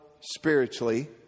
spiritually